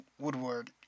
Woodward